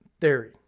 Theory